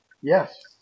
Yes